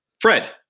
Fred